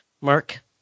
mark